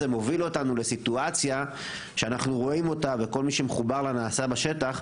מוביל אותנו לסיטואציה שאנחנו רואים אותה וכל מי שמחובר לנעשה בשטח,